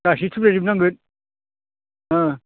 गाखिरखौ लायजोबनांगोन